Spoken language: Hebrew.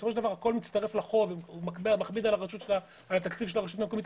בסופו של דבר הכול מכביד על התקציב של הרשות המקומית.